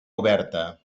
oberta